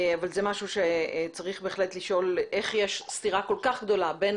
אבל זה משהו שצריך בהחלט לשאול איך יש סתירה כל כך גדולה בין